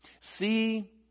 See